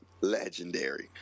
legendary